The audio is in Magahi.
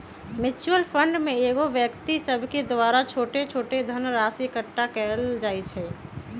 म्यूच्यूअल फंड में कएगो व्यक्ति सभके द्वारा छोट छोट धनराशि एकठ्ठा क लेल जाइ छइ